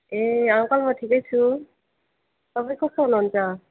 ए uncle म ठिकै छु तपाईँ कस्तो हुनुुहुन्छ